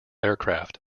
aircraft